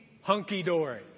hunky-dory